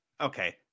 Okay